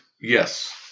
Yes